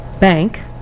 bank